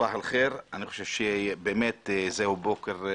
אני חושב שזהו בוקר טוב